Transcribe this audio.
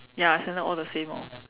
ya our standard all the same orh